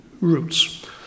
roots